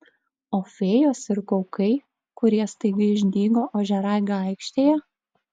o fėjos ir kaukai kurie staiga išdygo ožiaragio aikštėje